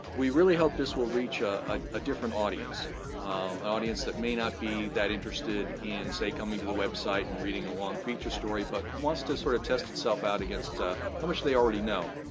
we really hope this will reach a different audience. an audience that may not be that interested in say coming to the website and reading a long feature story, but wants to sort of test itself out against how much they already know.